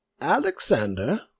Alexander